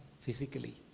physically